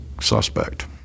suspect